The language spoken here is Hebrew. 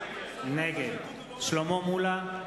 נגד שלמה מולה,